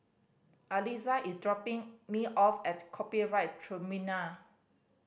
Aliza is dropping me off at Copyright Tribunal